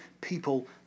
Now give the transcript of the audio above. people